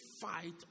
fight